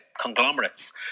conglomerates